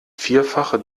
vierfache